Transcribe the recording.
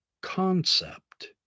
concept